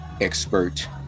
expert